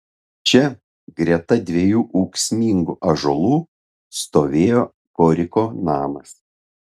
čia greta dviejų ūksmingų ąžuolų stovėjo koriko namas